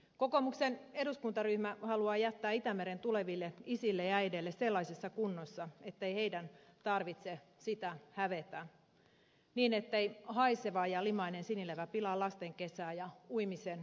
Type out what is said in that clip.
kokoomuksen eduskuntaryhmä haluaa jättää itämeren tuleville isille ja äideille sellaisessa kunnossa ettei heidän tarvitse sitä hävetä niin ettei haiseva ja limainen sinilevä pilaa lasten kesää ja uimisen iloa